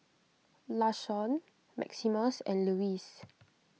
Lashawn Maximus and Lewis